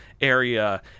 area